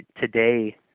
today